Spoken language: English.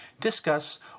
discuss